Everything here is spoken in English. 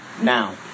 now